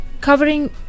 covering